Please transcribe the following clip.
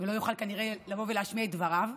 ולא יוכל להשמיע את דבריו,